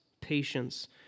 patience